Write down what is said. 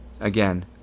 Again